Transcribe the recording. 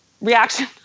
reaction